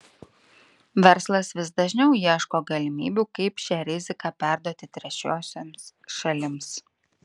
verslas vis dažniau ieško galimybių kaip šią riziką perduoti trečiosioms šalims